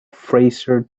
fraser